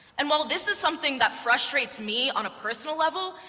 and while this is something that frustrates me on a personal level,